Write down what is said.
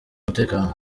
umutekano